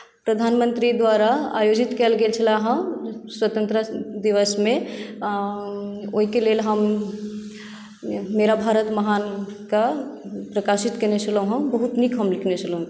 प्रधानमन्त्री द्वारा आयोजित कयल गेल छले हेँ स्वतन्त्रता दिवसमे आ ओहिके लेल हम मेरा भारत महान केँ प्रकाशित कयने छलहुँ हेँ बहुत नीक हम लिखने छलहुँ ओहि पर